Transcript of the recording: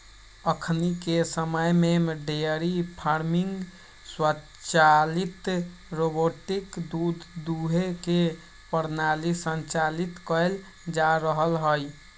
अखनिके समय में डेयरी फार्मिंग स्वचालित रोबोटिक दूध दूहे के प्रणाली संचालित कएल जा रहल हइ